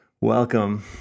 Welcome